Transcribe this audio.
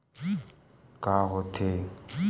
का होथे?